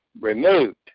removed